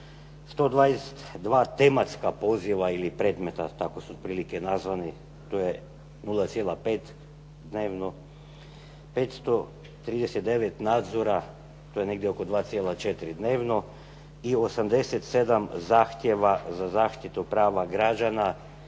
122 tematska poziva ili predmeta, tako su otprilike nazvani, to je 0,5 dnevno, 539 nadzora, to je negdje oko 2,4 dnevno i 87 zahtjeva za zaštitu prava građana,